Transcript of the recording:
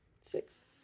Six